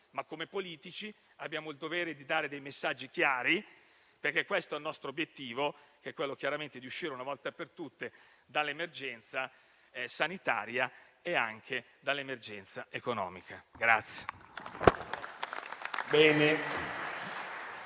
Ma come politici abbiamo il dovere di dare dei messaggi chiari, perché il nostro obiettivo è chiaramente uscire una volta per tutte dall'emergenza sanitaria e anche da quella economica.